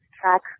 track